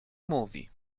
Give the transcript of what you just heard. mówi